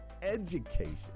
education